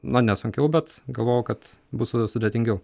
na ne sunkiau bet galvojau kad bus sudėtingiau